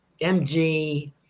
MG